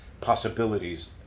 possibilities